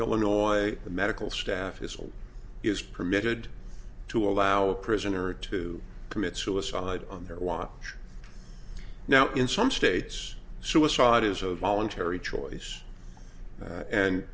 illinois the medical staff it's all is permitted to allow a prisoner to commit suicide on their watch now in some states suicide is a voluntary choice and